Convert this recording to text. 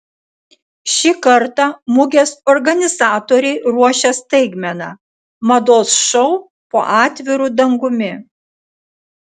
šį kartą mugės organizatoriai ruošia staigmeną mados šou po atviru dangumi